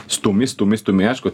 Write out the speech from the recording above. stumi stumi stumi aišku